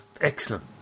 Excellent